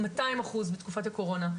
200 אחוז בתקופת הקורונה.